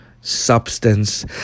substance